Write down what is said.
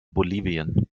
bolivien